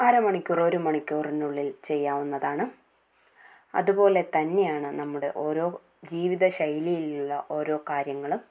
അരമണിക്കൂർ ഒരു മണിക്കൂറിനുള്ളിൽ ചെയ്യാവുന്നതാണ് അതുപോലെതന്നെയാണ് നമ്മുടെ ഓരോ ജീവിതശൈലിയിലുള്ള ഓരോ കാര്യങ്ങളും